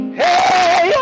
hey